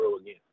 again